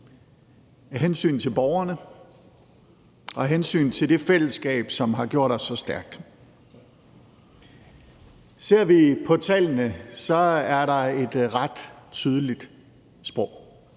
hensyn til borgerne og af hensyn til det fællesskab, som har gjort os så stærke. Ser vi på tallene, taler de et ret tydeligt sprog.